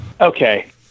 Okay